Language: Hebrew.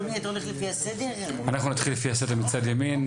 אנחנו נתחיל לפי הסדר מצד ימין.